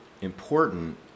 important